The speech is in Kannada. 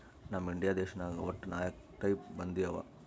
ನಮ್ ಇಂಡಿಯಾ ದೇಶನಾಗ್ ವಟ್ಟ ನಾಕ್ ಟೈಪ್ ಬಂದಿ ಅವಾ